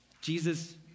Jesus